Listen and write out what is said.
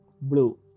blue